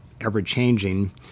ever-changing